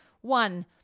one